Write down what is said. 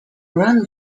run